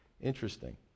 Interesting